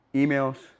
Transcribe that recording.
emails